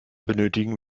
benötigen